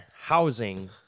housing